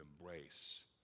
embrace